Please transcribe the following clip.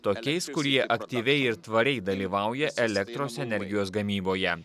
tokiais kurie aktyviai ir tvariai dalyvauja elektros energijos gamyboje